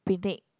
picnic